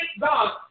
God